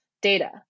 data